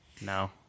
No